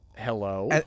Hello